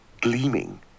gleaming